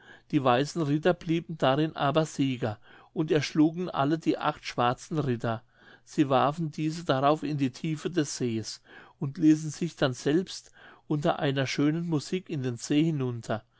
die weißen ritter blieben darin aber sieger und erschlugen alle die acht schwarzen ritter sie warfen diese darauf in die tiefe des sees und ließen sich dann selbst unter einer schönen musik in den see hinunter